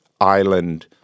Island